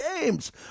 games